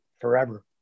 forever